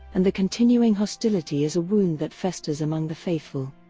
and the continuing hostility is a wound that festers among the faithful.